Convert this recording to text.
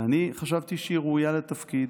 ואני חשבתי שהיא ראויה לתפקיד,